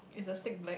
is the stick black